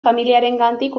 familiarengandik